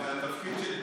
זה התפקיד של טיבי,